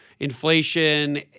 Inflation